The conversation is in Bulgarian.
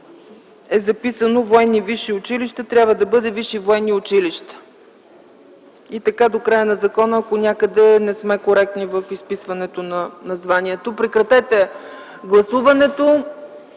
е записано „военни висши училища”, трябва да бъде „висши военни училища”, така е до края на закона, ако някъде не сме коректни в изписването на названието. ДОКЛАДЧИК ЖИВКО